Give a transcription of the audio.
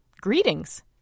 Greetings